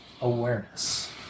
awareness